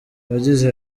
yagize